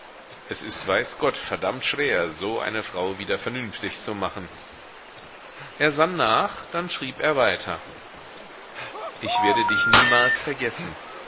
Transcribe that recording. es ist weiß gott verdammt schwer so eine frau wieder vernünftig zu machen er sann nach dann schrieb er weiter ich werde dich niemals vergessen